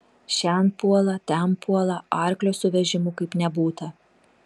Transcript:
šen puola ten puola arklio su vežimu kaip nebūta